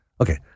okay